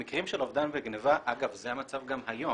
במקרים של אובדן או גניבה, אגב, זה המצב גם היום,